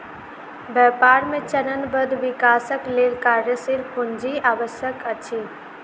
व्यापार मे चरणबद्ध विकासक लेल कार्यशील पूंजी आवश्यक अछि